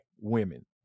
women